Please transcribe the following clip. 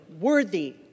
worthy